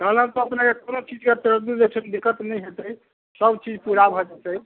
कहलहुँ तऽ अपनेके कोनो चीजके तरदुत जे छै दिक्कत नहि हेतै सब चीज पूरा भऽ जेतै